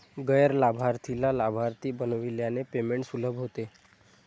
गैर लाभार्थीला लाभार्थी बनविल्याने पेमेंट सुलभ होते